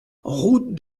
route